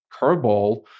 curveball